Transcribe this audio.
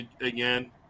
again